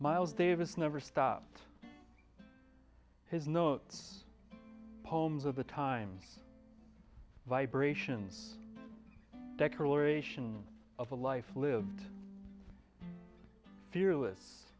miles davis never stopped his notes poems of the time vibrations declaration of a life lived fearless